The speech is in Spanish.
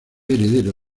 heredero